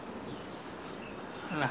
then we will come to